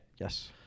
Yes